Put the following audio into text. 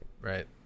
right